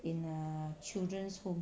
in a children's home